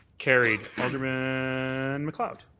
carried. alderman macleod.